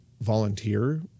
volunteer